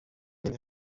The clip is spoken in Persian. نمی